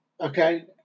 okay